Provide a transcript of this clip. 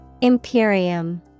Imperium